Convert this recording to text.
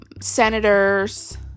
senators